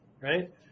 right